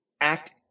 act